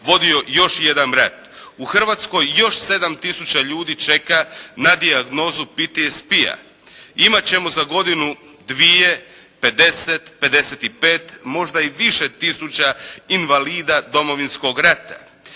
vodio još jedan rat. U Hrvatskoj još 7 tisuća ljudi čeka na dijagnozu PTSP-a. Imat ćemo za godinu, dvije 50, 55, možda i više tisuća invalida Domovinskog rata.